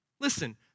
Listen